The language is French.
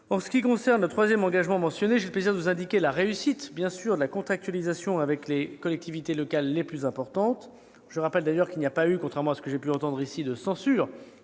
En ce qui concerne le troisième engagement que j'ai mentionné, j'ai le plaisir de vous indiquer la réussite de la contractualisation avec les collectivités locales les plus importantes. Je rappelle à cette occasion que, contrairement à ce que j'ai pu entendre ici ou là,